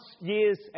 years